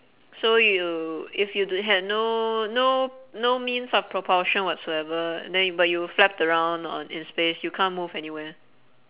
so you if you d~ had no no no means of propulsion whatsoever and then you but you flapped around on in space you can't move anywhere